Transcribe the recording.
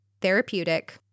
therapeutic